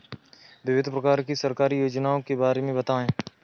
विभिन्न प्रकार की सरकारी योजनाओं के बारे में बताइए?